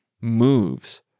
moves